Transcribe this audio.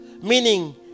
Meaning